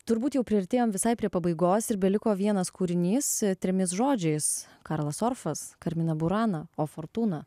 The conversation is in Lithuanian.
turbūt jau priartėjom visai prie pabaigos ir beliko vienas kūrinys trimis žodžiais karlas orfas karmina burana o fortūna